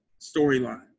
storyline